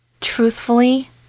Truthfully